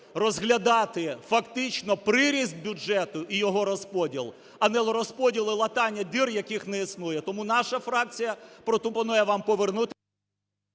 розглядати фактично приріст бюджету і його розподіл, а не розподіл і латання дір, яких не існує. Тому наша фракція пропонує вам повернутись…